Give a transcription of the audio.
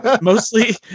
Mostly